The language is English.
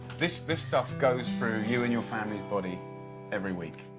this this stuff goes through you and your family's body every week.